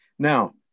Now